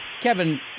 Kevin